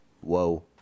Whoa